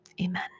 amen